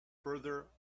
further